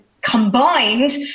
combined